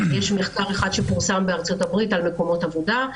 יש מחקר אחד שפורסם בארצות הברית על מקומות עבודה.